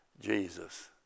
Jesus